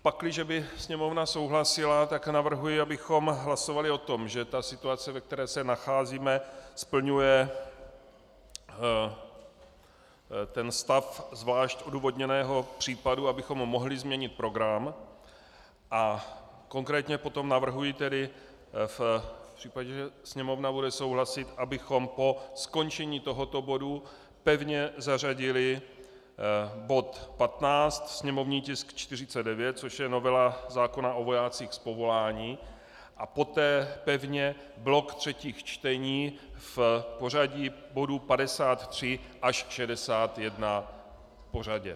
Pakliže by Sněmovna souhlasila, tak navrhuji, abychom hlasovali o tom, že situace, ve které se nacházíme, splňuje ten stav zvlášť odůvodněného případu, abychom mohli změnit program, a konkrétně potom navrhuji tedy v případě, že Sněmovna bude souhlasit, abychom po skončení tohoto bodu pevně zařadili bod 15, sněmovní tisk 49, což je novela zákona o vojácích z povolání, a poté pevně blok třetích čtení v pořadí bodů 53 až 61 po řadě.